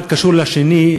אחד קשור לשני,